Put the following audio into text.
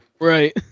Right